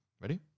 Ready